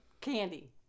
candy